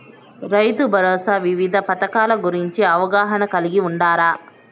రైతుభరోసా వివిధ పథకాల గురించి అవగాహన కలిగి వుండారా?